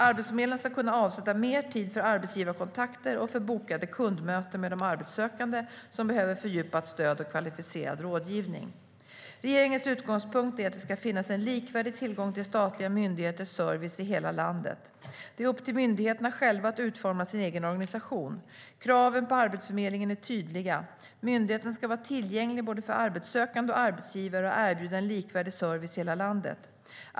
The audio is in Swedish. Arbetsförmedlarna ska kunna avsätta mer tid för arbetsgivarkontakter och för bokade kundmöten med de arbetssökande som behöver fördjupat stöd och kvalificerad rådgivning. Regeringens utgångspunkt är att det ska finnas en likvärdig tillgång till statliga myndigheters service i hela landet. Det är upp till myndigheterna själva att utforma sin egen organisation. Kraven på Arbetsförmedlingen är tydliga: Myndigheten ska vara tillgänglig både för arbetssökande och arbetsgivare och erbjuda en likvärdig service i hela landet.